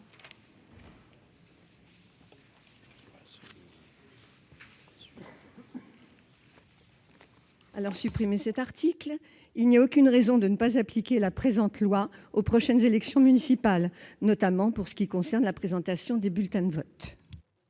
notre amendement n° 26 : il n'y a aucune raison de ne pas appliquer la présente loi aux prochaines élections municipales, notamment pour ce qui concerne la présentation des bulletins de vote.